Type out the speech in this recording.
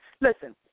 Listen